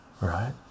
right